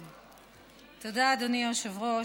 תודה, אדוני היושב-ראש.